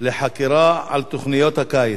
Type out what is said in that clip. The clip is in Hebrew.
לחקירה על תוכניות הקיץ.